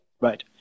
right